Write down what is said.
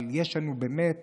אבל יש לנו באמת